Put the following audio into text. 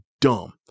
dumb